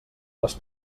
les